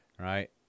right